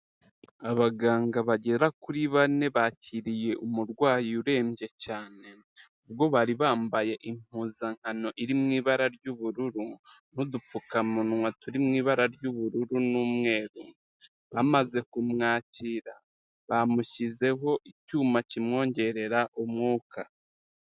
Abaganga bagera kuri bane bakiriye umurwayi urembye cyane, ubwo bari bambaye impuzankano iri mu ibara ry'ubururu n'udupfukamunwa turi mu ibara ry'ubururu n'umweru, bamaze kumwakira bamushyizeho icyuma kimwongerera umwuka.